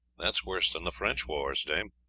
that is worse than the french wars, dame.